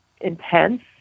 intense